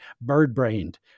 bird-brained